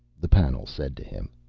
the panel said to him.